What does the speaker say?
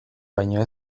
baino